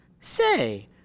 Say